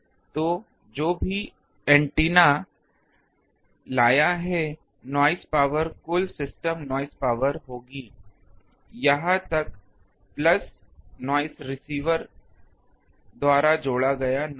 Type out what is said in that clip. तो जो भी एंटीना लाया है नॉइस पावर कुल सिस्टम नॉइस पावर होगी यहाँ तक प्लस नॉइस रिसीवर द्वारा जोड़ा गया नॉइस